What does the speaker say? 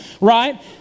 Right